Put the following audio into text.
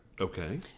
Okay